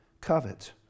covet